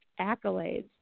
accolades